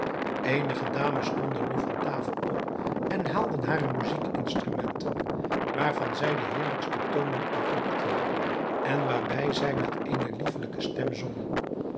eenige dames stonden nu van tafel op en haalden hare muzijkinstrumenten waarvan zij de heerlijkste toonen ontlokten en waarbij zij met eene liefelijke stem zongen